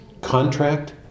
contract